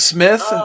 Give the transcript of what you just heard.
Smith